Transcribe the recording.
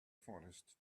forest